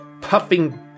puffing